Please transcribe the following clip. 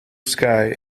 sky